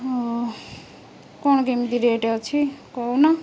ହଉ କ'ଣ କେମିତି ରେଟ୍ ଅଛି କହୁନ